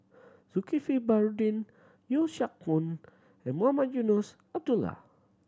Zulkifli Baharudin Yeo Siak Goon and Mohamed Eunos Abdullah